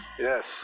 yes